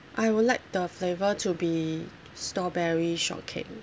I would like the flavour to be strawberry shortcake